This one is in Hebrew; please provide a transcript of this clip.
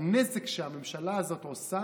הנזק שהממשלה הזאת עושה